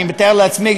אני מתאר לעצמי,